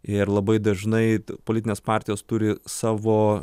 ir labai dažnai politinės partijos turi savo